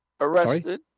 arrested